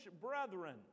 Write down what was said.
brethren